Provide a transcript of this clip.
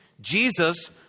Jesus